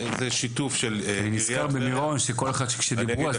כי אני נזכר שכשדיברו על זה באסון